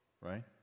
right